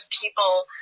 people